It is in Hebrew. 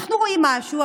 אנחנו רואים משהו,